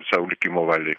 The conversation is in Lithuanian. savo likimo valiai